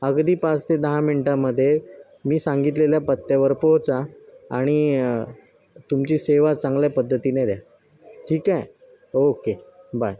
अगदी पाच ते दहा मिनटामध्ये मी सांगितलेल्या पत्त्यावर पोहोचा आणि तुमची सेवा चांगल्या पद्धतीने द्या ठीक आहे ओके बाय